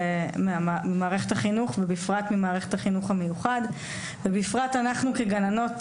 ממערכת החינוך ובפרט ממערכת החינוך המיוחד ובפרט אנחנו כגננות,